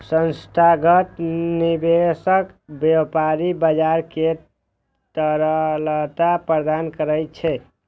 संस्थागत निवेशक व्यापारिक बाजार कें तरलता प्रदान करै छै